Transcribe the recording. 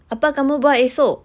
apa kamu buat esok